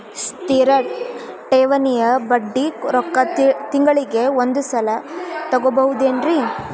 ಸ್ಥಿರ ಠೇವಣಿಯ ಬಡ್ಡಿ ರೊಕ್ಕ ತಿಂಗಳಿಗೆ ಒಂದು ಸಲ ತಗೊಬಹುದೆನ್ರಿ?